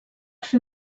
fer